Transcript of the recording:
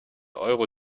euro